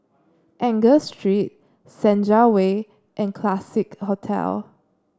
Angus Street Senja Way and Classique Hotel